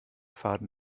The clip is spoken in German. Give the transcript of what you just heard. faden